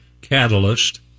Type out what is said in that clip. catalyst